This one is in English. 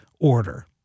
order